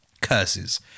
curses